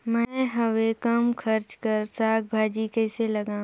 मैं हवे कम खर्च कर साग भाजी कइसे लगाव?